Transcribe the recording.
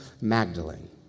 Magdalene